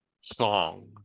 song